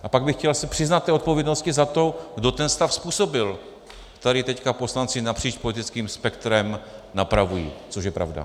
A pak bych chtěl přiznat se k odpovědnosti za to, kdo ten stav způsobil, který tady teď poslanci napříč politickým spektrem napravují, což je pravda.